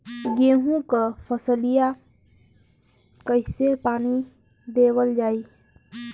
गेहूँक फसलिया कईसे पानी देवल जाई?